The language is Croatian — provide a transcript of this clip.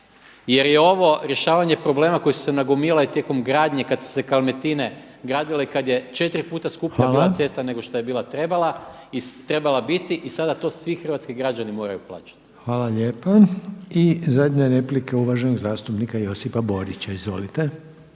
jer je ovo rješavanje problema koji su se nagomilali tijekom gradnje kada su se „kalmetine“ gradile i kada je 4x skuplja bila cesta nego što je bila trebala, trebala biti i sada to svi hrvatski građani moraju plaćati. **Reiner, Željko (HDZ)** Hvala lijepa. I zadnja replika uvaženog zastupnika Josipa Borića. Izvolite.